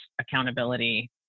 accountability